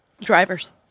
Drivers